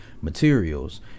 materials